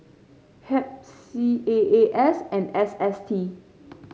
HEB C A A S and S S T